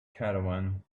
caravan